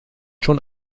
schon